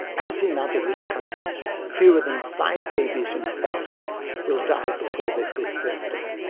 as in other rich countries, fewer than five babies in a thousand will die before their fifth birthday.